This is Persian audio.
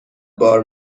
بار